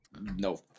No